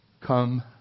come